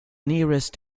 nearest